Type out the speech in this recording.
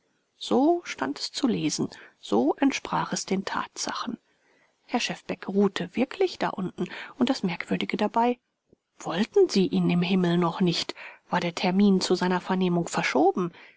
so stand es zu lesen so entsprach es den tatsachen herr schefbeck ruhte wirklich da unten und das merkwürdige dabei wollten sie ihn im himmel noch nicht war der termin zu seiner vernehmung verschoben